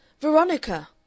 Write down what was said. Veronica